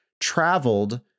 traveled